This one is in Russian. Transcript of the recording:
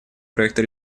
проекта